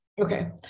Okay